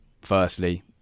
firstly